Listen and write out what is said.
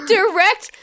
Direct